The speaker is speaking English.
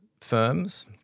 firms